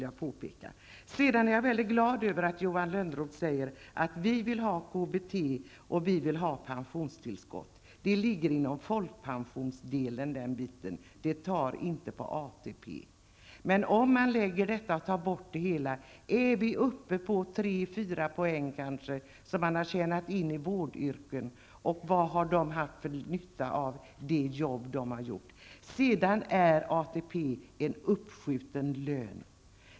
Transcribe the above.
Jag är glad över att Johan Lönnroth säger att hans parti vill ha KBT och pensionstillskott. De frågorna ligger inom folkpensionsdelen och tar inte på ATP. Men om dessa delar tas bort, kan de som har arbetat inom vårdyrken och tjänat in tre fyra poäng fråga sig vad de har haft för nytta av sina arbeten. ATP är en uppskjuten lön.